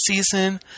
season